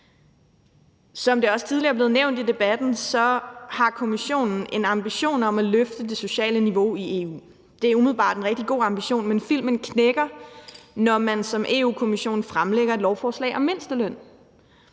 Som det også tidligere er blevet nævnt i debatten, har Kommissionen en ambition om at løfte det sociale niveau i EU. Det er umiddelbart en rigtig god ambition, men filmen knækker, når man som Europa-Kommissionen fremlægger et lovforslag om mindsteløn.